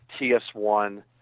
TS1